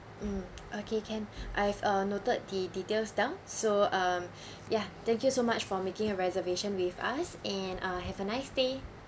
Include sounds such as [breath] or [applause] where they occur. mm okay can I have uh noted the details down so um [breath] ya thank you so much for making a reservation with us and uh have a nice day